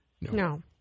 No